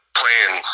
playing